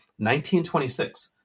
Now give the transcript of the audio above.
1926